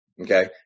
Okay